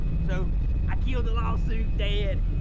so i killed the lawsuit dead.